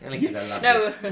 No